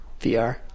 VR